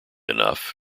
enough